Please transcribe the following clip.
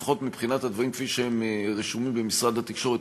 לפחות מבחינת הדברים כפי שהם רשומים במשרד התקשורת,